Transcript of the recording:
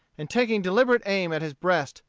and taking deliberate aim at his breast,